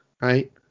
right